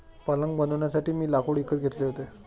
पलंग बनवण्यासाठी मी लाकूड विकत घेतले होते